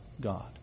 God